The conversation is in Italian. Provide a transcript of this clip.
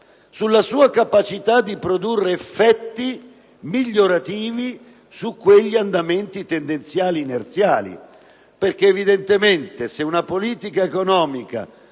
sulla sua capacità di produrre effetti migliorativi su quegli andamenti tendenziali inerziali. Evidentemente, infatti, se una politica economica